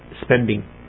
spending